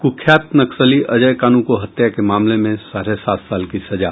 कुख्यात नक्सली अजय कानू को हत्या के मामले में साढ़े सात साल की सजा